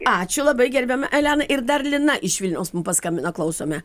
ačiū labai gerbiama elena ir dar lina iš vilniaus mum paskambino klausome